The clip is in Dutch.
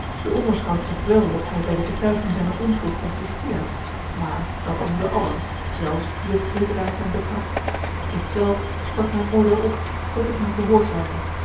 de onderschout zegt wel dat hij bij de betuiging zijner onschuld persisteert maar dat doen ze allen zelfs die op heeterdaad zijn betrapt ik zelf schort mijn oordeel op tot ik hem verhoord zal hebben